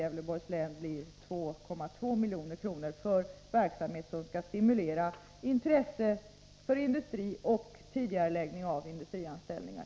Gävleborgs län får alltså totalt 2,2 milj.kr. för verksamhet som skall stimulera intresset för industri och tidigareläggning av industrianställningar.